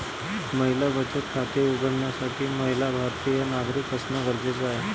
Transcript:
महिला बचत खाते उघडण्यासाठी महिला भारतीय नागरिक असणं गरजेच आहे